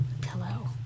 pillow